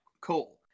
Cool